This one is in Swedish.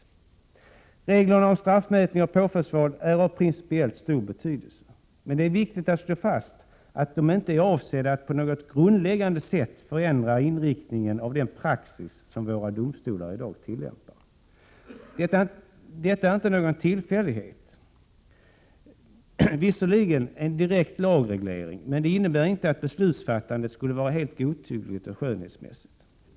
De nya reglerna om straffmätning och påföljdsval är av principiellt stor betydelse. Men det är viktigt att slå fast att de inte är avsedda att på något grundläggande sätt förändra inriktningen av den praxis som våra domstolar tillämpar i dag. Detta är inte någon tillfällighet. För närvarande saknas visserligen en direkt lagreglering, men det innebär inte att beslutsfattandet skulle vara helt godtyckligt eller skönsmässigt.